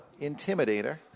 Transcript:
Intimidator